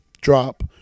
Drop